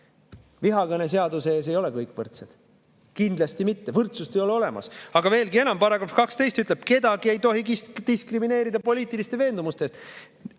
Vihakõne seaduse ees ei ole kõik võrdsed, kindlasti mitte. Võrdsust ei ole olemas. Aga veelgi enam, § 12 ütleb, et kedagi ei tohi diskrimineerida poliitiliste veendumuste